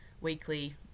weekly